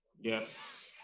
Yes